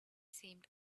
seemed